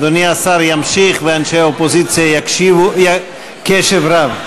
אדוני השר ימשיך, ואנשי האופוזיציה יקשיבו קשב רב.